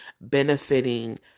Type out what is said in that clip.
benefiting